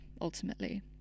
ultimately